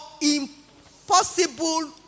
impossible